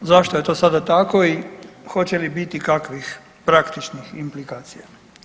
Zašto je to sada tako i hoće li biti kakvih praktičnih implikacija?